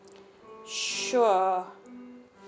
sure